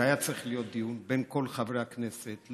והיה צריך להיות דיון בין כל חברי הכנסת,